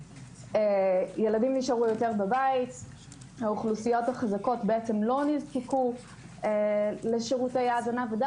ילדים נשארו יותר בבית והאוכלוסיות החזקות לא נזקקו לשירותי ההזנה.